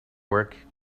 work